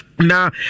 Now